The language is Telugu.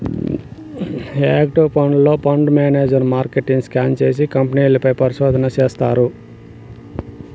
యాక్టివ్ ఫండ్లో, ఫండ్ మేనేజర్ మార్కెట్ను స్కాన్ చేసి, కంపెనీల పైన పరిశోధన చేస్తారు